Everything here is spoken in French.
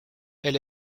elle